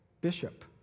bishop